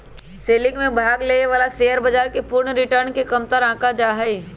selling में भाग लेवे वाला शेयर बाजार के पूर्ण रिटर्न के कमतर आंका जा हई